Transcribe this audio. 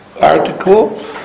article